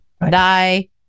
die